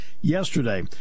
yesterday